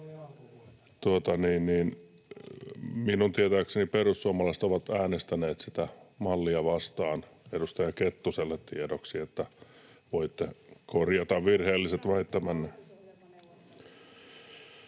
minun tietääkseni perussuomalaiset ovat äänestäneet sitä mallia vastaan. Edustaja Kettuselle tiedoksi, että voitte korjata virheelliset väittämänne.